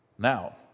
Now